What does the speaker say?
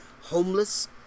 homeless